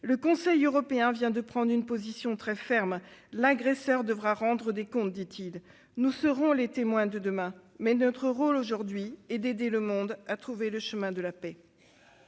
Le Conseil européen vient de prendre une position très ferme :« L'agresseur devra rendre des comptes », dit-il. Nous serons les témoins de demain, mais notre rôle aujourd'hui est d'aider le monde à trouver le chemin de la paix.